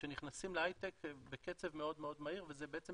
שנכנסים להייטק בקצב מאוד מהיר וזה בעצם